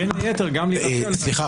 בין היתר גם --- סליחה,